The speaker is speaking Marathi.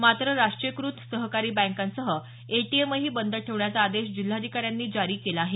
मात्र राष्ट्रीयकृत सहकारी बँकांसह एटीएमही बंद ठेवण्याचा आदेश जिल्हाधिकाऱ्यांनी जारी केला आहे